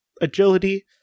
agility